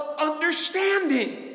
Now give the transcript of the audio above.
understanding